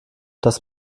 das